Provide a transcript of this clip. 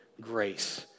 grace